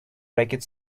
racket